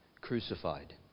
crucified